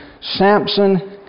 Samson